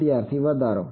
વિદ્યાર્થી વધારો